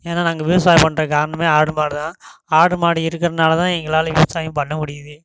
ஏன்னால் நாங்கள் விவசாயம் பண்றதுக்கு காரணமே ஆடு மாடு தான் ஆடு மாடு இருக்கறதுனால் தான் எங்களால் விவசாயம் பண்ண முடியுது